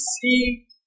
see